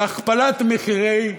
להכפלת מחירי הדירות.